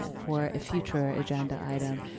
and for a future agenda item.